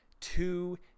two